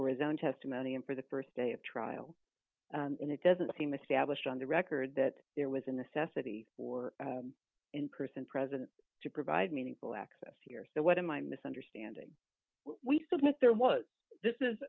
or his own testimony in for the st day of trial and it doesn't seem established on the record that there was a necessity or in person present to provide meaningful access here so what am i misunderstanding we submit there was this is